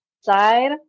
side